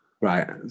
Right